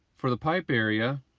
for the pipe area,